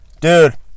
Dude